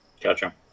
Gotcha